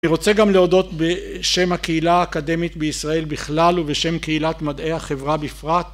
אני רוצה גם להודות בשם הקהילה האקדמית בישראל בכלל ובשם קהילת מדעי החברה בפרט